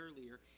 earlier